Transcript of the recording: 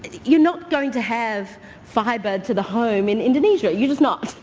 you're not going to have firebug to the home in indonesia, you're just not,